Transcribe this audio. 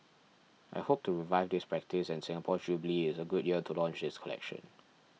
i hope to revive this practice and Singapore's jubilee is a good year to launch this collection